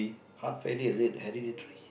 heart failure is it hereditary